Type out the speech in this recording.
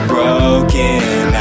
Broken